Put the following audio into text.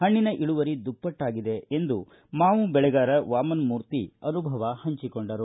ಪಣ್ಣಿನ ಇಳುವರಿ ದುಪ್ಪಟ್ನಾಗಿದೆ ಎಂದು ಮಾವು ಬೆಳೆಗಾರ ವಾಮನಮೂರ್ತಿ ಅನುಭವ ಹಂಚಿಕೊಂಡರು